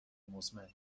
مزمن